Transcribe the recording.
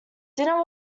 dinner